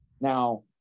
Now